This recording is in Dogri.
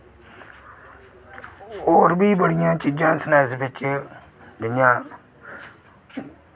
होर बी बड़ियां चीज़ां स्नैक्स बिच जि'यां